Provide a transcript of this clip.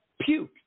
puke